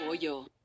pollo